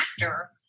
actor